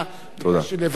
ביקשתי לברר את זה.